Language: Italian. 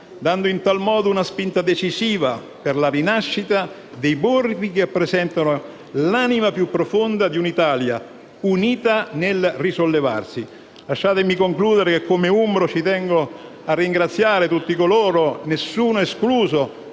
dando in tal modo una spinta decisiva per la rinascita dei borghi che rappresentano l'anima più profonda di un'Italia unita nel risollevarsi. Lasciatemi concludere dicendo che, come umbro, ci tengo a ringraziare tutti coloro, nessuno escluso,